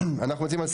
אושר.